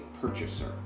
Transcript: purchaser